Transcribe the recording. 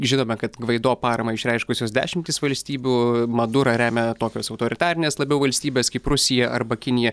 žinome kad gvaido paramą išreiškusios dešimtys valstybių madurą remia tokios autoritarinės labiau valstybės kaip rusija arba kinija